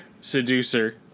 seducer